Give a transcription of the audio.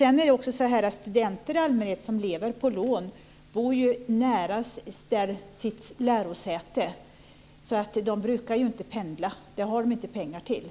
Sedan är det också så att studenterna, som lever på lån, bor nära sina lärosäten. De brukar inte pendla. Det har de inte pengar till.